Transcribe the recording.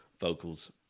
vocals